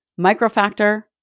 Microfactor